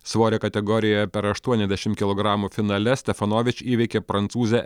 svorio kategorijoje per aštuoniasdešim kilogramų finale stefanovič įveikė prancūzę